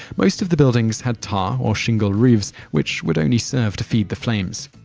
most of the buildings had tar or shingle roofs, which would only serve to feed the flames.